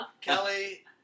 Kelly